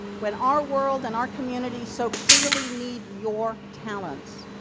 when our world and our communities so clearly need your talents.